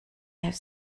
have